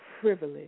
privilege